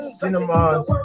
cinemas